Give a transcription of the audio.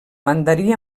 mandarí